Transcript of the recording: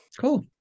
Cool